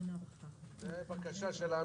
זו בקשה שלנו.